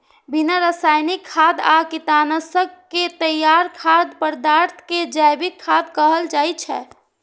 बिना रासायनिक खाद आ कीटनाशक के तैयार खाद्य पदार्थ कें जैविक खाद्य कहल जाइ छै